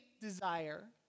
desire